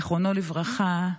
זיכרונו לברכה,